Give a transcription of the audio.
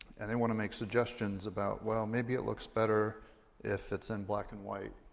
and they want to make suggestions about, well, maybe it looks better if it's in black and white.